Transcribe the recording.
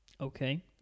Okay